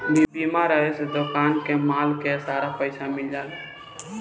बीमा रहे से दोकान के माल के सारा पइसा मिल जाला